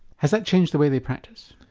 has that changed the way they practice?